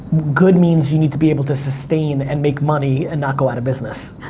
good means you need to be able to sustain, and make money, and not go out of business,